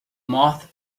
moth